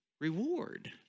reward